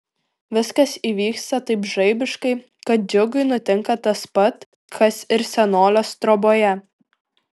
viskas įvyksta taip žaibiškai kad džiugui nutinka tas pat kas ir senolės troboje